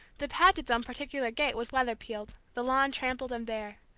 the pagets' own particular gate was weather-peeled, the lawn trampled and bare.